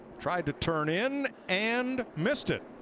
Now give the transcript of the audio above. try to turn in and missed it.